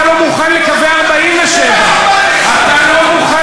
אתה לא מוכן לקווי 47' אתה לא מוכן